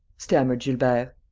stammered gilbert.